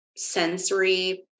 sensory